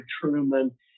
Truman